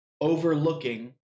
Overlooking